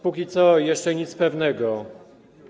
Póki co jeszcze nic pewnego.